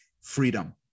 freedom